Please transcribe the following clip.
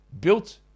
built